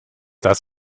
das